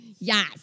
Yes